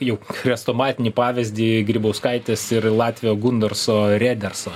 jau chrestomatinį pavyzdį grybauskaitės ir latvio gundarso rederso